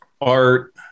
art